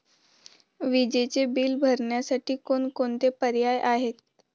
विजेचे बिल भरण्यासाठी कोणकोणते पर्याय आहेत?